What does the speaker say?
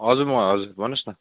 हजुर म हजुर भन्नुहोस् न